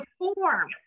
perform